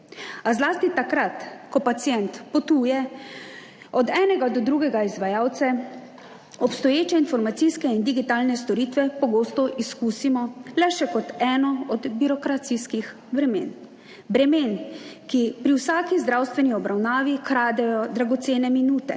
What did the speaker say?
a zlasti takrat, ko pacient potuje od enega do drugega izvajalca, obstoječe informacijske in digitalne storitve pogosto izkusimo le še kot eno od birokracijskih bremen, bremen, ki pri vsaki zdravstveni obravnavi kradejo dragocene minute,